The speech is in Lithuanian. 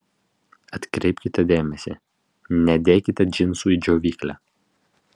atkreipkite dėmesį nedėkite džinsų į džiovyklę